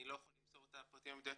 אני לא יכול למסור את הפרטים המדויקים.